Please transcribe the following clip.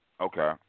Okay